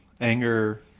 Anger